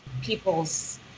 people's